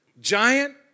giant